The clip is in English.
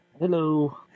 Hello